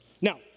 Now